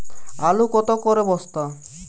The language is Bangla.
আলু কত করে বস্তা?